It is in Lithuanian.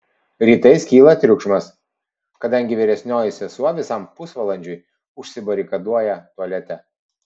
rytais kyla triukšmas kadangi vyresnioji sesuo visam pusvalandžiui užsibarikaduoja tualete